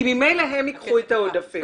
כי ממילא הם ייקחו את העודפים.